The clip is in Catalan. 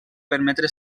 permetre